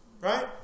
right